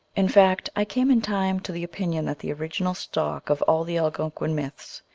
in fact, i came in time to the opinion that the original stock of all the algonquin myths,